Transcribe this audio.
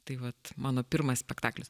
tai vat mano pirmas spektaklis